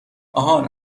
آهان